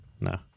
No